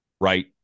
Right